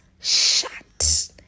shut